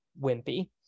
Wimpy